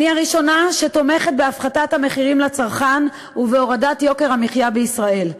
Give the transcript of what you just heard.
אני הראשונה שתומכת בהפחתת המחירים לצרכן ובהורדת יוקר המחיה בישראל,